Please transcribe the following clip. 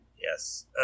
Yes